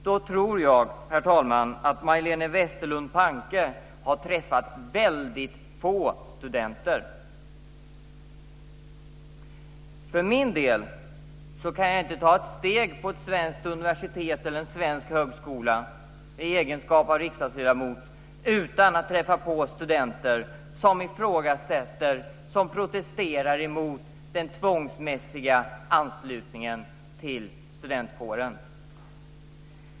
Då tror jag att Majléne Westerlund Panke har träffat väldigt få studenter. För min del kan jag i egenskap av riksdagsledamot inte ta ett steg på ett svenskt universitet eller en svensk högskola utan att träffa på studenter som ifrågasätter och protesterar emot den tvångsmässiga anslutningen till studentkåren.